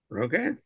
Okay